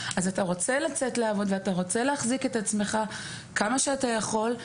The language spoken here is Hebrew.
אז אתה רוצה לצאת לעבוד ואתה רוצה להחזיק את עצמך כמה שאתה יכול,